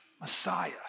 Messiah